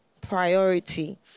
priority